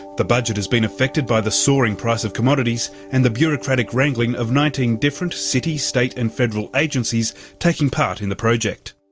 the budget has been affected by the soaring price of commodities and the bureaucratic wrangling of nineteen different city, state and federal agencies taking part in the project.